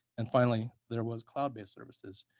and finally there was cloud based services.